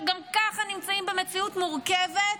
שגם ככה נמצאים במציאות מורכבת.